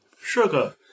Sugar